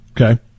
Okay